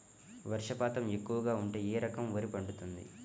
వర్షపాతం ఎక్కువగా ఉంటే ఏ రకం వరి పండుతుంది?